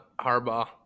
Harbaugh